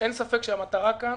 אין ספק שהמטרה כאן